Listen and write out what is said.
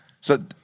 So-